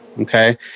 Okay